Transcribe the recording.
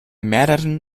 mehreren